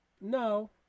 No